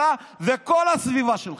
אתה וכל הסביבה שלך,